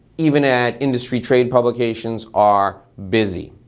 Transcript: even at industry trade publications, are busy.